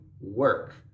work